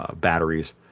batteries